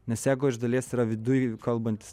nes jeigu iš dalies yra viduj kalbantis